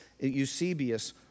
Eusebius